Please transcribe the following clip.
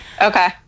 Okay